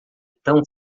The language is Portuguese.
tão